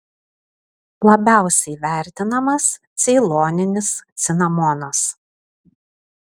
labiausiai vertinamas ceiloninis cinamonas